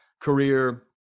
career